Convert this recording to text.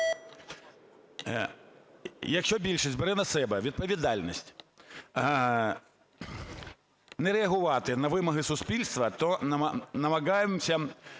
Якщо більшість бере на себе відповідальність не реагувати на вимоги суспільства, то намагаємося